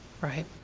Right